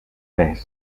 metz